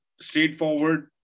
straightforward